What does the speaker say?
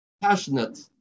passionate